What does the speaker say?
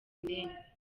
ndembe